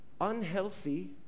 unhealthy